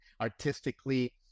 artistically